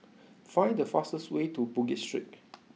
find the fastest way to Bugis Street